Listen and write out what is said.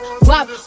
wop